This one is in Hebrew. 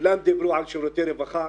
כולם דיברו על שירותי רווחה,